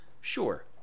sure